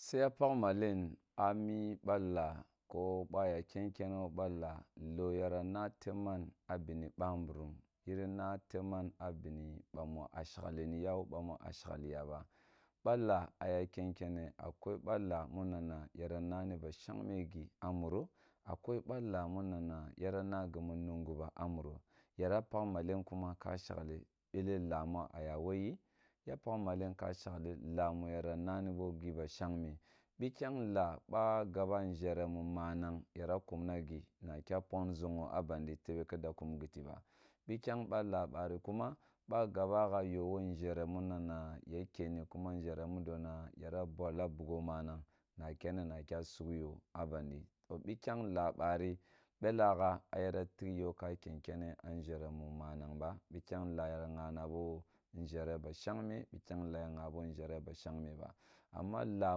Siya pakh malan a mi ba laa ko ba ya kenkene wo ba laa lo yara na teb man a bine bamburum yiri nateb man a bini bamu a shagliniya wo bamu a shefhya ba. Ba laa a ya ken kene a kwai ba laa muna na na yara hani ba shegme gi a muro akwoi ba laa mu nana yara na gimu mungu ba a muro yara pakh malen kuma ka shagle bele laa mu a ya woyi ya pakha malen ka shaghle laa mu yara nani bogi ba shagme bi kyang laa ba gaba nʒere mu manag yara kumna go na kya pon zogho a bandi tebe ka da kum gite ba kikyang ba laa bari kuma ba bikyang ba laa bari kuma ba gaba gha yo wo nzhere mudo na yara bolla bugho manag na kenne na kya sug yo abandi to bikyang laa bari bela gha a yara tigh yo ka ken kene a nʒere mu manag ba bi kyang laa yara ghana bo nʒhore ba shagme bi kyang ina ya ghabo nzhere ba shabgme ba amon laa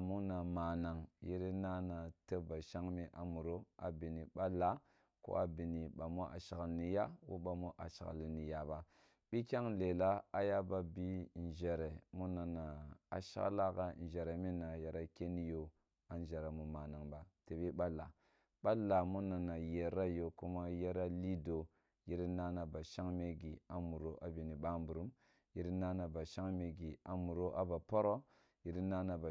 muna manang yiri nana tab ba dhagme a muro a bini ba laa ko a bini bamu a sagliniya ko a beni bamu a shagliniya ko a beni bamu ashagliya ba bi kyang lela a ya ba ba nʒhere muna na a shagla gha nʒhere mumanang ba tebe yo kuma iyera ti dua yiri nana ba shame gi a muro a bini ba mburum yiri na na ba shagme gi a muro a ba pro yiri na na ba